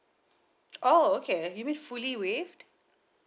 oh okay you mean fully waved